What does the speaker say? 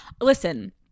listen